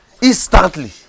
Instantly